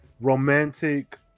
romantic